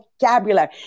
vocabulary